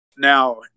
Now